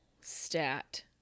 Stat